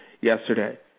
yesterday